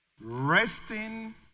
Resting